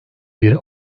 bir